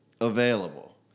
available